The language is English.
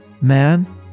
man